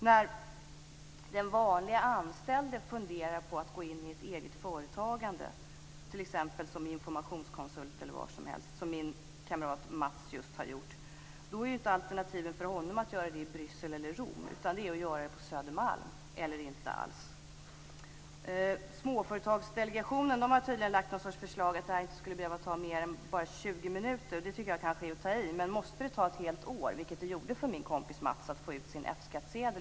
När den vanlige anställde funderar på att gå in i ett eget företagande, t.ex. som informationskonsult som min kamrat Mats just har gjort, är inte alternativen att göra det i Bryssel eller Rom utan att göra det på Södermalm eller att inte göra det alls. Småföretagsdelegationen har tydligen lagt fram ett förslag om att det inte skall behöva ta mer än 20 minuter. Det tycker jag kanske är att ta i. Men måste det ta ett helt år att få ut sin F-skattsedel, som det gjorde för min kompis Mats?